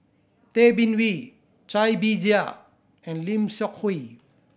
Tay Bin Wee Cai Bixia and Lim Seok Hui